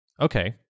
Okay